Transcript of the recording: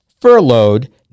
furloughed